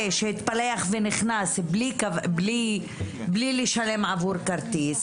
שהוא התפלח ונכנס מבלי לשלם עבור כרטיס,